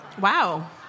Wow